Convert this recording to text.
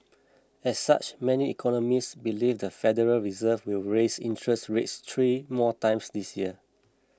as such many economists believe the Federal Reserve will raise interest rates three more times this year